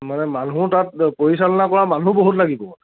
মানে মানুহ তাত পৰিচালনা কৰা মানুহ বহুত লাগিব